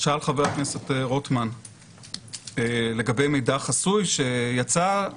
שאל חבר הכנסת רוטמן לגבי מידע חסוי שבתחקיר